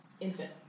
infant